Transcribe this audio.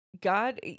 God